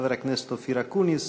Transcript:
חבר הכנסת אופיר אקוניס,